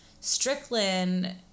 Strickland